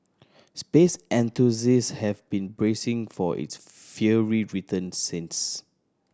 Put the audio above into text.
space have been bracing for its fiery return since